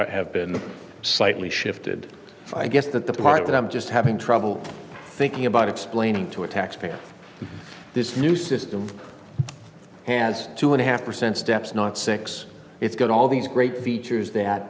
are have been slightly shifted i guess that the part that i'm just having trouble thinking about explaining to a taxpayer this new system has two and a half percent steps not six it's got all these great features that